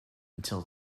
until